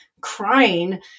crying